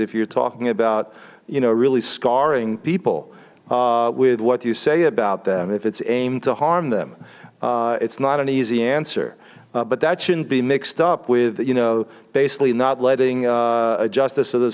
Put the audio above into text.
if you're talking about you know really scarring people with what you say about them if it's aimed to harm them it's not an easy answer but that shouldn't be mixed up with you know basically not letting a justice of the